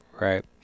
Right